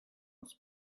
aus